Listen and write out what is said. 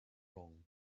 wrong